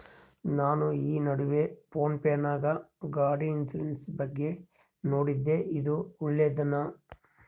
ನಾನು ಈ ನಡುವೆ ಫೋನ್ ಪೇ ನಾಗ ಗಾಡಿ ಇನ್ಸುರೆನ್ಸ್ ಬಗ್ಗೆ ನೋಡಿದ್ದೇ ಇದು ಒಳ್ಳೇದೇನಾ?